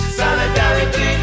solidarity